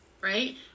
right